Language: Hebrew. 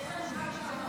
הפעם בשם משרד החוץ,